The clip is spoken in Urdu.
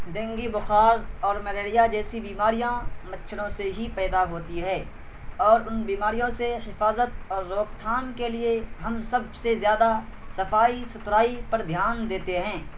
ڈینگی بخار اور ملیریا جیسی بیماریاں مچھروں سے ہی پیدا ہوتی ہے اور ان بیماریوں سے حفاظت اور روک تھام کے لیے ہم سب سے زیادہ صفائی ستھرائی پر دھیان دیتے ہیں